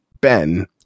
Ben